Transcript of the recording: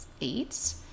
eight